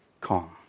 Calm